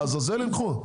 לעזאזל יילכו?